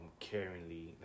caringly